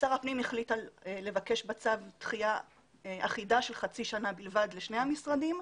שר הפנים החליט לבקש בצו דחייה אחידה של חצי שנה בלבד לשני המשרדים.